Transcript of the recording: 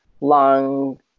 long